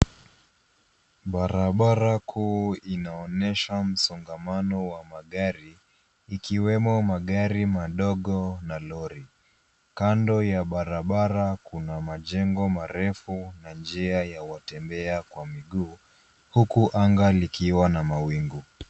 Barabara kuu inaonyesha msongamano wa magari ikiwemo magari madogo na lori. kando ya barabara kuna majengo marefu na njia ya watembea kwa miguu huku anga likiwa na mawingu.